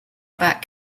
about